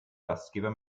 gastgeber